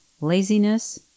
laziness